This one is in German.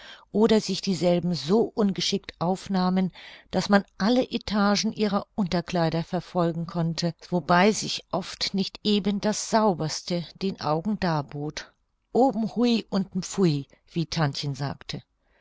oder sich dieselben so ungeschickt aufnahmen daß man alle etagen ihrer unterkleider verfolgen konnte wobei sich oft nicht eben das sauberste den augen darbot oben hui unten pfui wie tantchen sagte